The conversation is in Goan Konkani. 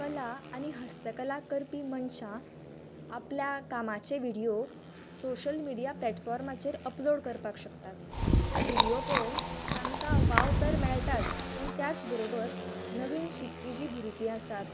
कला आनी हस्तकला करपी मनश्या आपल्या कामाचे व्हिडियो सोशल मीडिया प्लॅटफॉर्माचेर अपलोड करपाक शकतात तें विडियो पळोवन तांकां वाव तर मेळटाच पूण त्याच बरोबर नवीन शिकपी जी भुरगीं आसात